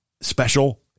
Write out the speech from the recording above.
special